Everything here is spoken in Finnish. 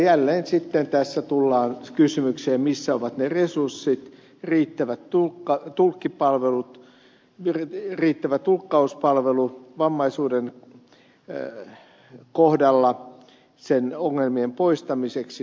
jälleen sitten tässä tullaan kysymykseen missä ovat ne resurssit riittävään tulkkipalveluun vammaisuuden kohdalla sen ongelmien poistamiseksi